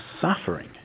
suffering